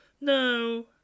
no